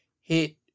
hit